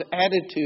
attitude